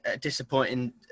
disappointing